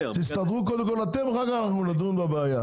תסתדרו קודם כל אתם ואחר כך אנחנו נדון בבעיה.